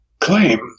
claim